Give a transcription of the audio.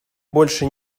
больше